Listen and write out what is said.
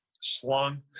slung